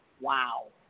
Wow